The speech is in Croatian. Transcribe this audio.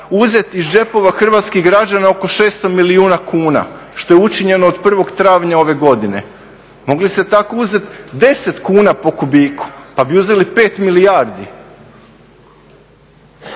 uzeti iz džepova hrvatskih građana oko 600 milijuna kuna, što je učinjeno od 1. travnja ove godine. Mogli ste tako uzeti 10 kuna po kubiku pa bi uzeli 5 milijardi.